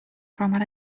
formal